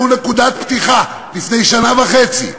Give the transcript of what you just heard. הוא נקודת פתיחה" לפני שנה וחצי,